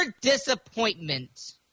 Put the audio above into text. disappointment